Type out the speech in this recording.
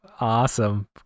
Awesome